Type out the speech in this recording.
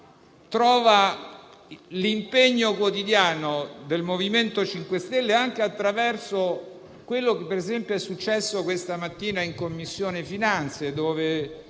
trova l'impegno quotidiano del MoVimento 5 Stelle anche attraverso quello che, per esempio, è successo questa mattina in Commissione finanze dove,